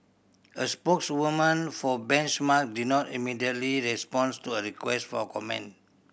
a spokeswoman for Benchmark did not immediately responds to a request for comment